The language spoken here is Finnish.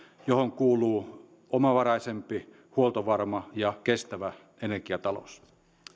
joihin kuuluu omavaraisempi huoltovarma ja kestävä energiatalous